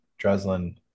Dreslin